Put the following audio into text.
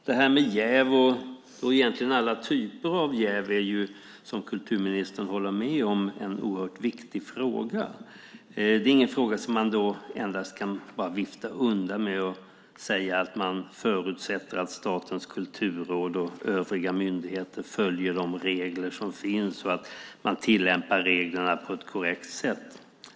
Fru talman! Jäv - alla typer av jäv - är som kulturministern håller med om en oerhört viktig fråga. Det är ingen fråga som man endast kan vifta undan med att säga att man förutsätter att Statens kulturråd och övriga myndigheter följer de regler som finns och att man tillämpar reglerna på ett korrekt sätt.